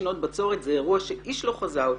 זה אירוע שאיש לא חזה אותו,